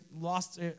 lost